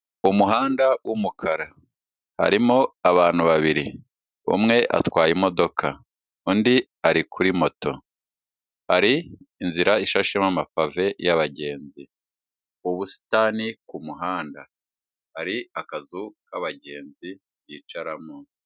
Umuhanda w'umukara harimo abantu babiri, umwe atwaye imodoka, undi ari kuri moto, hari inzira ishashemo amapave y'abagenzi, ubusitani ku muhanda, hari akazu k'abagenzi bicaramo.